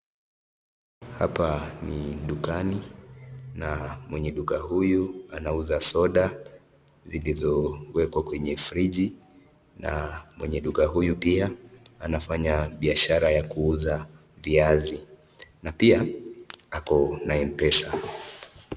Hapa ni dukani na mwenye duka huyu anauza soda zilizowekwa kwenye friji na mwenye duka huyu pia anafanya biashara ya kuuza viazi na pia Ako na mpesa.